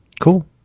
Cool